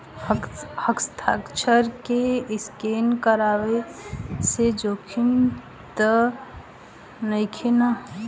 हस्ताक्षर के स्केन करवला से जोखिम त नइखे न?